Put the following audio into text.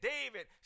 David